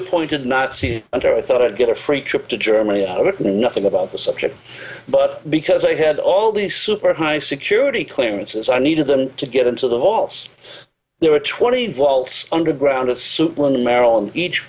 appointed nazi hunter i thought i'd get a free trip to germany out of nothing about the subject but because i had all these super high security clearances i needed them to get into the false there were twenty vaults underground of suitland maryland each